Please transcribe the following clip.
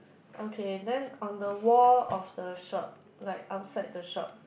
okay then on the wall of the shop like outside the shop